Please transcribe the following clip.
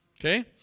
Okay